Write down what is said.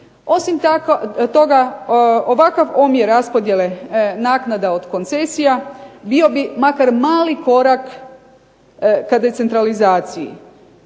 Osim toga ovakav omjer raspodjele naknada od koncesija, bio bi makar mali korak k decentralizaciji.